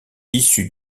issues